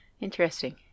Interesting